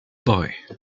boy